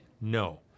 No